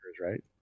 right